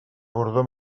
bordó